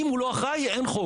אם הוא לא אחראי, אז אין חוק.